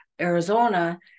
Arizona